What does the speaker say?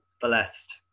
blessed